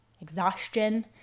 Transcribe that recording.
exhaustion